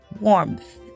warmth